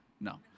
no